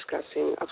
discussing